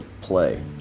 play